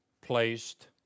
placed